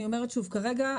כרגע,